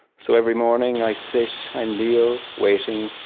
so every morning i sit, i kneel, waiting,